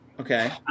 Okay